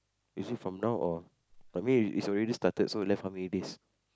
is it from now or I mean it's it's already started so left how many days